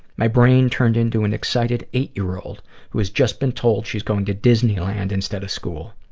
my brain turned into an excited eight-year-old who has just been told she's going to disneyland instead of school.